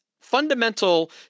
fundamental